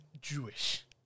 Jewish